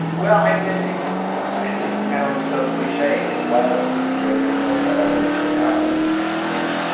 well, i mean, it it this sounds so cliche. it was the greatest thing that ever could have happened to me.